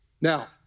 Now